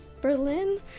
Berlin